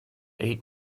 eight